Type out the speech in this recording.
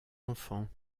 enfants